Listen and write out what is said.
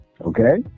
okay